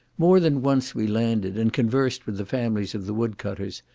more than once we landed, and conversed with the families of the wood-cutters,